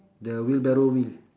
the wheelbarrow wheel